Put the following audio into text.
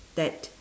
dad